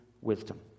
wisdom